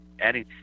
adding –